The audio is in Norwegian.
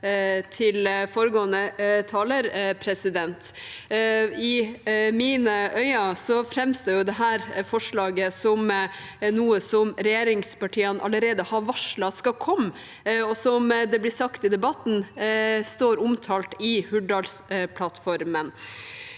til foregående taler. I mine øyne framstår dette forslaget som noe regjeringspartiene allerede har varslet at skal komme, og som det ble sagt i debatten, står omtalt i Hurdalsplattformen.